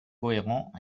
cohérent